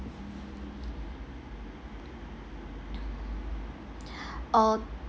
uh